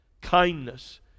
kindness